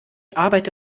arbeite